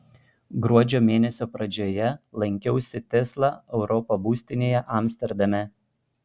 gruodžio mėnesio pradžioje lankiausi tesla europa būstinėje amsterdame